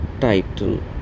title